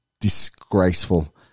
Disgraceful